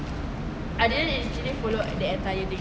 I didn't actually follow the entire thing